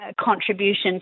contribution